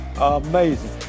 Amazing